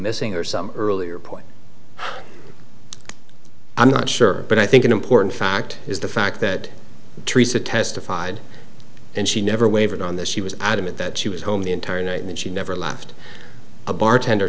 missing or some earlier point i'm not sure but i think an important fact is the fact that teresa testified and she never wavered on this she was adamant that she was home the entire night and she never left a bartender